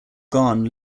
gone